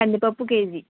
కందిపప్పు కేజీ